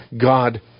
God